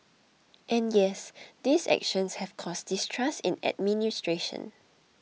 and yes these actions have caused distrust in administration